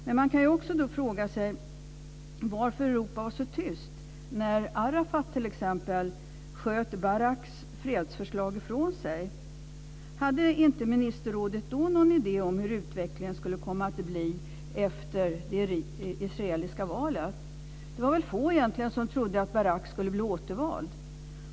Men man kan också fråga sig varför Europa var så tyst när t.ex. Arafat sköt Baraks fredsförslag ifrån sig. Hade inte Ministerrådet då någon idé om hur utvecklingen skulle komma att bli efter det israeliska valet? Det var väl egentligen få som trodde att Barak skulle bli återvald.